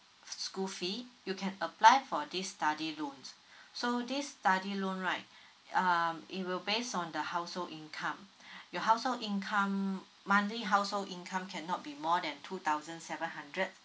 school fee you can apply for this study loan so this study loan right um it will based on the household income your household income monthly household income cannot be more than two thousand seven hundred